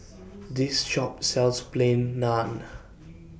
This Shop sells Plain Naan